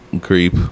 Creep